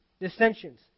dissensions